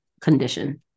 condition